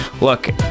Look